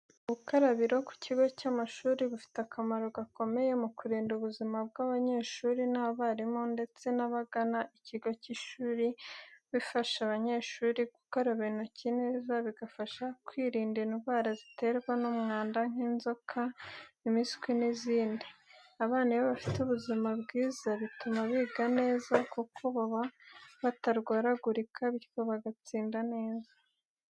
Ubukarabiro ku kigo cy’amashuri bufite akamaro gakomeye mu kurinda ubuzima bw’abanyeshuri n’abarimu ndetse n'abagana ikigo cy'ishuri, bufasha abanyeshuri gukaraba intoki neza, bigafasha kwirinda indwara ziterwa n’mwanda nk’inzoka, impiswi n’izindi. Abana iyo bafite buzima bwiza bituma biga neza, kuko baba batarwaragurika, bityo bagatsinda neza.